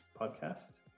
podcast